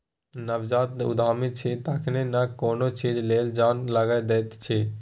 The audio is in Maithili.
नवजात उद्यमी छी तखने न कोनो चीज लेल जान लगा दैत छी